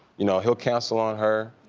you know, he'll cancel on her.